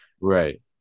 Right